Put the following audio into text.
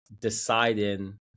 deciding